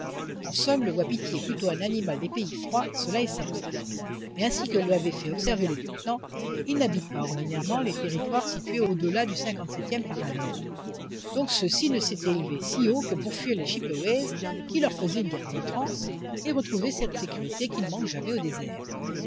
en somme le wapiti est plutôt un animal des pays froids cela est certain mais ainsi que l'avait fait observer le lieutenant il n'habite pas ordinairement les territoires situés au-delà du cinquante-septième parallèle donc ceux-ci ne s'étaient élevés si haut que pour fuir les chippeways qui leur faisaient une guerre à outrance et retrouver cette sécurité qui ne manque jamais au désert